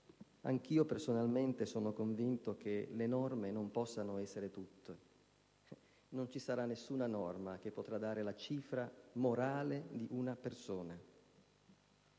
Anch'io personalmente sono convinto che le norme non possono essere tutto: non esiste norma alcuna che possa dare la cifra morale di una persona